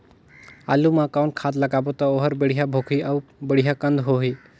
आलू मा कौन खाद लगाबो ता ओहार बेडिया भोगही अउ बेडिया कन्द होही?